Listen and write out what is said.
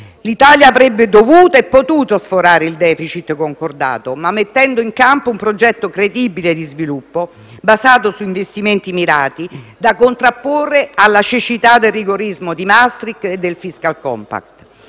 L'Italia avrebbe dovuto e potuto sforare il *deficit* concordato, ma mettendo in campo un progetto credibile di sviluppo basato su investimenti mirati da contrapporre alla cecità del rigorismo di Maastricht e del *fiscal compact*.